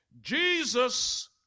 Jesus